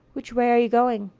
which way are you going?